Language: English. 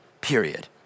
period